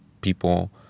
people